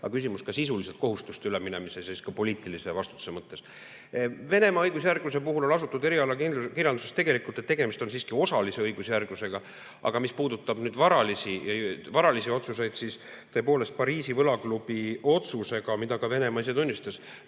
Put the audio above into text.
küsimus on sisuliselt kohustuste üleminemises ja ka poliitilises vastutuses. Venemaa õigusjärgluse puhul on asutud erialakirjanduses seisukohale, et tegemist on siiski osalise õigusjärglusega. Aga mis puudutab varalisi varalisi otsuseid, siis tõepoolest, Pariisi võlaklubi otsusega, mida ka Venemaa ise tunnistab,